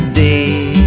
day